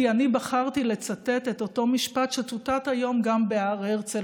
כי אני בחרתי לצטט את אותו משפט שצוטט היום גם בהר הרצל,